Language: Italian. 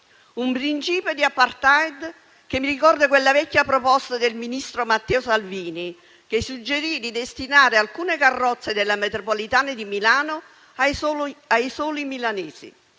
Un principio di *apartheid* che mi ricorda quella vecchia proposta del ministro Matteo Salvini, che suggerì di destinare alcune carrozze della metropolitana di Milano ai soli milanesi.